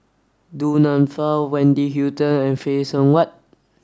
Du Nanfa Wendy Hutton and Phay Seng Whatt